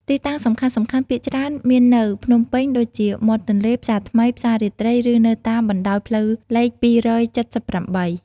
ទីតាំងសំខាន់ៗភាគច្រើនមាននៅ ភ្នំពេញដូចជា មាត់ទន្លេ ផ្សារថ្មី ផ្សាររាត្រី ឬនៅតាមបណ្តោយផ្លូវលេខ ២៧៨ ។